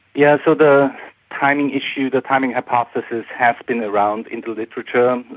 yeah so the timing issue, the timing hypothesis has been around in the literature,